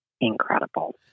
incredible